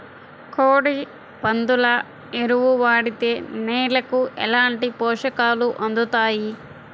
కోడి, పందుల ఎరువు వాడితే నేలకు ఎలాంటి పోషకాలు అందుతాయి